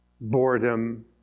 boredom